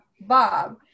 Bob